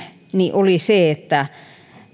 oli se että